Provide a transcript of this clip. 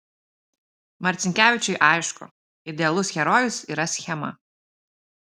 marcinkevičiui aišku idealus herojus yra schema